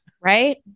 right